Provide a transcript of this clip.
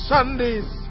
Sunday's